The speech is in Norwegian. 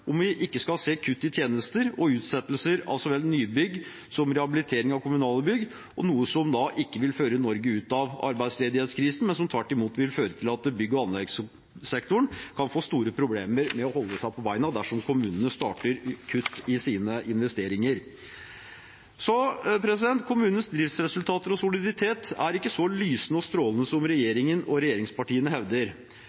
om vi ikke skal se kutt i tjenester og utsettelser av så vel nybygg som rehabilitering av kommunale bygg. Det er noe som ikke vil føre Norge ut av arbeidsledighetskrisen, men som tvert imot vil føre til at bygg- og anleggssektoren kan få store problemer med å holde seg på beina dersom kommunene starter med kutt i sine investeringer. Kommunenes driftsresultater og soliditet er ikke så lysende og strålende som